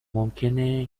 ممکنه